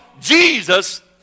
Jesus